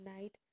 night